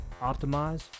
Optimize